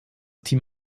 team